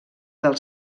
del